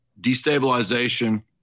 destabilization